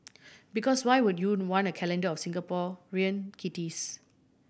because why would you not want a calendar of Singaporean kitties